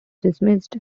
dismissed